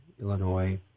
Illinois